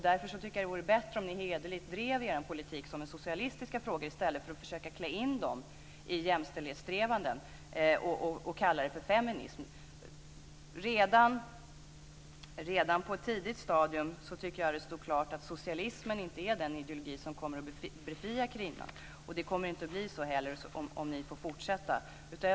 Därför tycker jag att det vore bättre om ni hederligt drev er politik som socialistiska frågor i stället för att försöka klä in dem i jämställdhetssträvanden och kalla detta för feminism. Jag tycker att det redan på ett tidigt stadium stod klart att socialismen inte är den ideologi som kommer att befria kvinnan. Det kommer inte heller att bli så om ni får fortsätta.